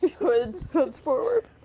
hoods hoods forward.